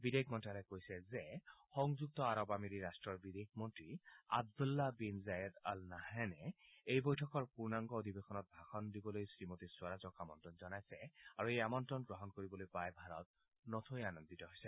বিদেশ মন্ত্যালয়ে কৈছে যে সংযুক্ত আৰৱ আমিৰী ৰাট্টৰ বিদেশ মন্ত্ৰী আব্দুল্লাহ বিন জায়েদ অল নাহয়ানে এই বৈঠকৰ পুৰ্ণাংগ অধিৱেশনত ভাষণ দিবলৈ শ্ৰীমতী স্বৰাজক আমন্ত্ৰণ জনাইছে আৰু এই আমন্ত্ৰণ গ্ৰহণ কৰিবলৈ পাই ভাৰত নথৈ আনন্দিত হৈছে